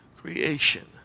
creation